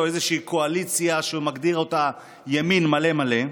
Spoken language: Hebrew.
איזושהי קואליציה שהוא מגדיר אותה ימין מלא מלא.